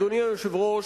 אדוני היושב-ראש,